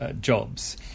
jobs